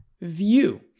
view